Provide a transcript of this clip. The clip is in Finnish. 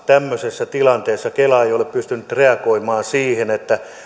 tämmöisessä tilanteessa meillä kela ei ole pystynyt reagoimaan siten että